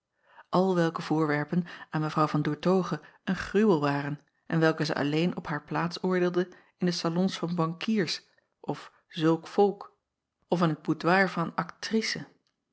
al welke voorwerpen aan w an oertoghe een gruwel waren en welke zij alleen op haar plaats oordeelde in de salons van bankiers of zulk volk of in het boudoir van een actrice